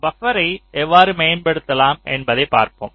பபரை எவ்வாறு மேம்படுத்தலாம் என்பதைப் பார்ப்போம்